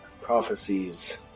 prophecies